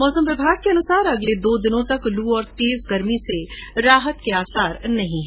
मौसम विभाग के अनुसार अगले दो दिनों तक लू और तेज गर्मी से राहत का आसार नहीं है